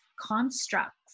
constructs